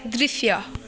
दृश्य